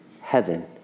heaven